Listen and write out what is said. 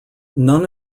none